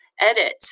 edit